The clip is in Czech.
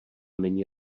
není